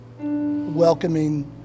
welcoming